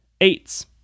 Eights